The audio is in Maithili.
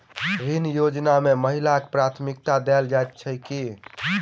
ऋण योजना मे महिलाकेँ प्राथमिकता देल जाइत छैक की?